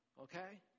Okay